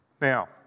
Now